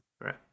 Right